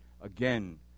again